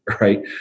right